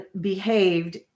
behaved